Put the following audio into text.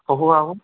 শহুৰ শাহু